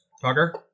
Tucker